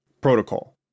Protocol